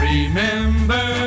Remember